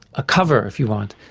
a cover if you want,